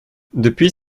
depuis